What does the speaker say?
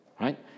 right